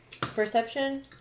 Perception